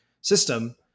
system